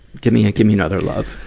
give me a, give me another love.